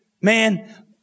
man